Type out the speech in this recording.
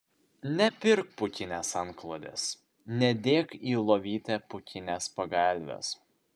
nepirk pūkinės antklodės nedėk į lovytę pūkinės pagalvės